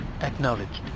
Acknowledged